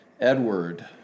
Edward